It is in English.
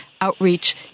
outreach